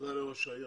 תודה לראש העיר.